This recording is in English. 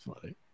funny